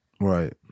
Right